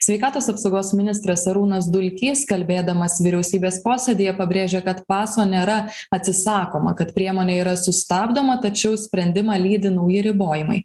sveikatos apsaugos ministras arūnas dulkys kalbėdamas vyriausybės posėdyje pabrėžė kad paso nėra atsisakoma kad priemonė yra sustabdoma tačiau sprendimą lydi nauji ribojimai